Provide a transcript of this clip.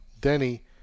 Denny